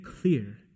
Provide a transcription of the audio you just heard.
clear